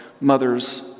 mothers